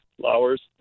flowers